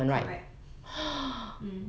correct O